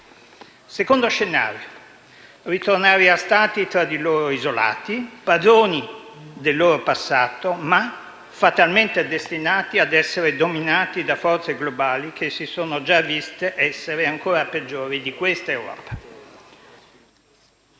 Secondo scenario: ritornare a Stati tra loro isolati, padroni del loro passato, ma fatalmente destinati ad essere dominati da forze globali che si sono già viste essere ancora peggiori di questa Europa.